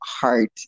heart